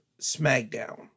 SmackDown